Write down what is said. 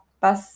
bus